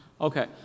Okay